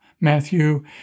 Matthew